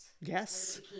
yes